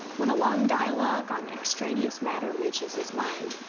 when a long dialogue on extraneous matter reaches his mind,